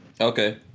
Okay